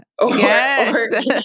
yes